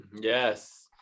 yes